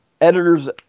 editors